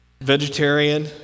Vegetarian